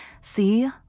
See